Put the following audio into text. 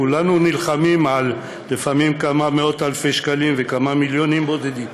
כולנו נלחמים לפעמים על כמה מאות-אלפי שקלים וכמה מיליונים בודדים,